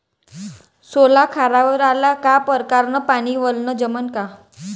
सोला खारावर आला का परकारं न पानी वलनं जमन का?